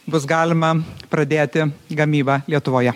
bus galima pradėti gamybą lietuvoje